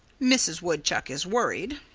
mrs. woodchuck is worried.